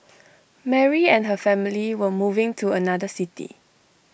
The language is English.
Mary and her family were moving to another city